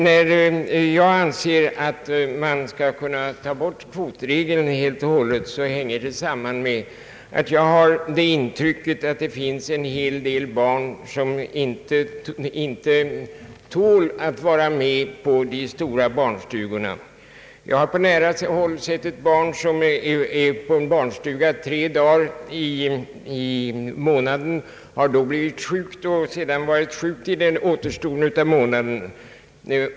När jag anser att man helt och hållet skall kunna ta bort balansregeln hänger det samman med att jag har intrycket att det finns en hel del barn som inte tål att vara på de stora barnstugorna. Jag har på nära håll sett ett barn som har varit på en barnstuga tre dagar i månaden och sedan har varit sjukt under ungefär återstoden av månaden.